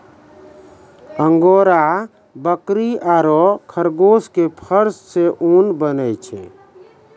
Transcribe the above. angora बकरी आरो खरगोश के फर सॅ ऊन बनै छै